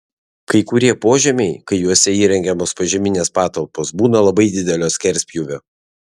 kai kurie požemiai kai juose įrengiamos požeminės patalpos būna labai didelio skerspjūvio